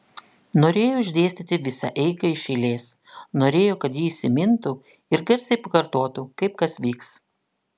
norėjo išdėstyti visą eigą iš eilės norėjo kad ji įsimintų ir garsiai pakartotų kaip kas vyks